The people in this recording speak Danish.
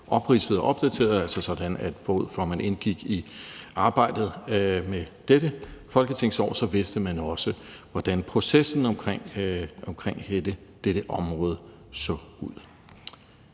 opridset og opdateret, altså sådan at forud for at man indgik i arbejdet med dette folketingsår, vidste man også, hvordan processen omkring hele dette område så ud.